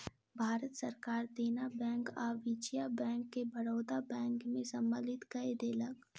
भारत सरकार देना बैंक आ विजया बैंक के बड़ौदा बैंक में सम्मलित कय देलक